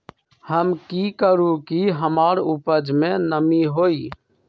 हम की करू की हमार उपज में नमी होए?